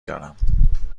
دارم